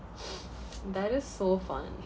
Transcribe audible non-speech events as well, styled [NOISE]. [NOISE] that is so fun